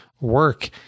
work